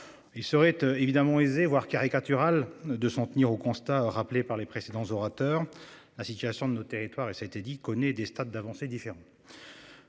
il serait évidemment aisés, voire caricaturale de s'en tenir au constat rappelé par les précédents orateurs. La situation de nos territoires et ça a été dit connaît des stades d'avancer différentes.